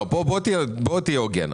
תהיה הוגן.